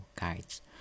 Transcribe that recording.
guides